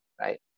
right